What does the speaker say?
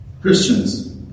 Christians